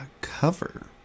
cover